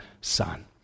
son